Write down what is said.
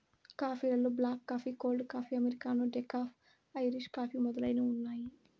coffee లలో black coffee, cold coffee, Americano, decaf, Irish coffee మొదలైనవి ఉన్నాయి